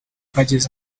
badege